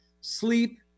sleep